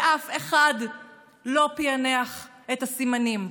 אף אחד לא פענח את הסימנים.